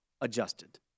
adjusted